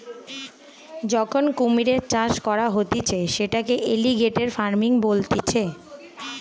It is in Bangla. যখন কুমিরের চাষ করা হতিছে সেটাকে এলিগেটের ফার্মিং বলতিছে